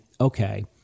okay